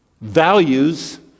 values